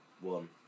one